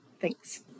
Thanks